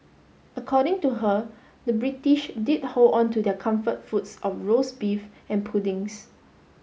according to her the British did hold on to their comfort foods of roast beef and puddings